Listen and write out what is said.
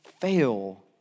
fail